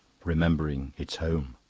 remembering its home.